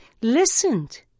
listened